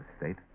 state